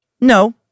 No